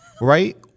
Right